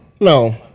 No